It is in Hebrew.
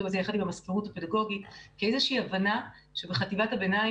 יחד עם המזכירות הפדגוגית כאיזושהי הבנה שבחטיבת הביניים